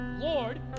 Lord